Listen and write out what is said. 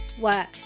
work